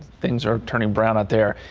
things are turning brown out there.